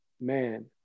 man